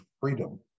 freedom